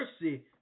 mercy